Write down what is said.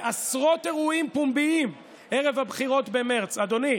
בעשרות אירועים פומביים ערב הבחירות במרץ, אדוני,